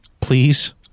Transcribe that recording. please